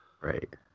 Right